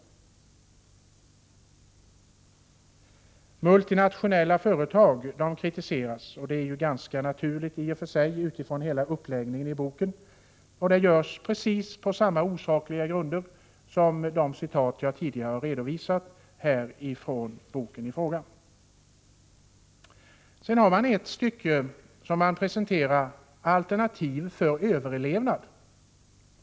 Vidare kritiseras multinationella företag, och det är i och för sig ganska naturligt — att döma av hela uppläggningen av boken. Kritiken framförs på precis samma osakliga grunder som det jag tidigare har citerat från boken i fråga. Sedan finns det ett avsnitt där man presenterar alternativ för överlevnad.